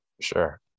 Sure